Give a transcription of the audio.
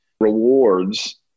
rewards